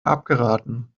abgeraten